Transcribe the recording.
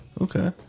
Okay